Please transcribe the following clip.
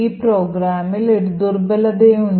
ഈ പ്രോഗ്രാമിൽ ഒരു ദുർബലതയുണ്ട്